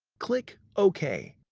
click ok,